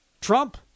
Trump